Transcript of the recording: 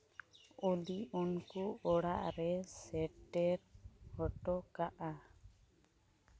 ᱚᱫᱤ ᱩᱱᱠᱩ ᱚᱲᱟᱜ ᱨᱮ ᱥᱮᱴᱮᱨ ᱦᱚᱴᱚ ᱠᱟᱜᱼᱟ